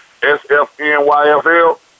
SFNYFL